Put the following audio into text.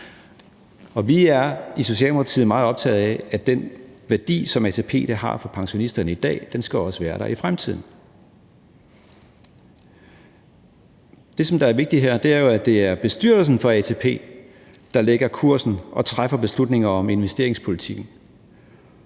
Vi er i Socialdemokratiet meget optaget af, at den værdi, som ATP har for pensionisterne i dag, også skal være der i fremtiden. Det, som er vigtigt her, er jo, at det er bestyrelsen for ATP, der lægger kursen og træffer beslutninger om investeringspolitikken.